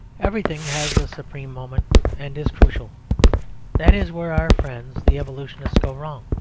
everything has a supreme moment and is crucial that is where our friends the evolutionists go wrong.